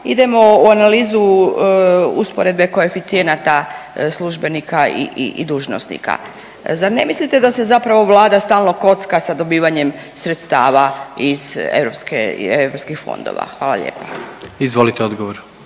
idemo u analizu usporedbe koeficijenata službenika i dužnosnika. Zar ne mislite da se zapravo Vlada stalno kocka sa dobivanjem sredstava iz europskih fondova? Hvala lijepa. **Jandroković,